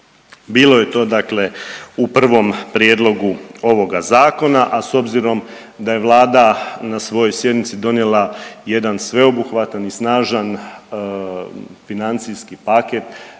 Bilo je to, dakle u prvom prijedlogu ovoga zakona, a s obzirom da je Vlada na svojoj sjednici donijela jedan sveobuhvatan i snažan financijski paket